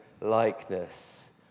likeness